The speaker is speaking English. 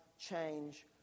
change